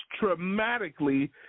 traumatically